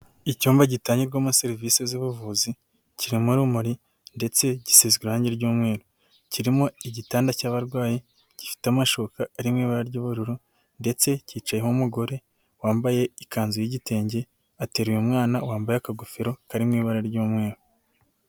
Icyumba gitangirwamo serivisi z'ubuvuzi kiririmo urumuri ndetse gisize irangi ry'umweru, kirimo igitanda cy'abarwayi gifite amashuka ari mu ibara ry'ubururu ndetse kicaye nk'umugore wambaye ikanzu y'igitenge ateruye umwana wambaye akagofero karirimo ibara ry'umweru.